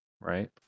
right